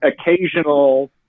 occasional